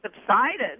subsided